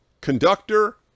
conductor